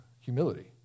humility